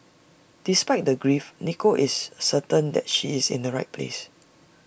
despite the grief Nicole is certain that she is in the right place